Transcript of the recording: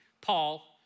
Paul